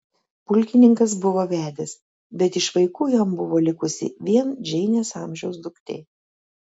pulkininkas buvo vedęs bet iš vaikų jam buvo likusi vien džeinės amžiaus duktė